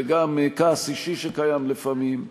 וגם כעס אישי שקיים לפעמים,